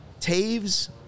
Taves